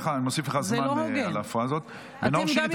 מונע --- זה לא כלי מניעה.